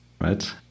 right